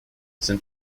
sind